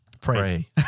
pray